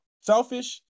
selfish